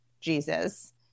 Jesus